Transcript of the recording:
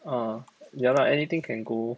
orh ya lah anything can go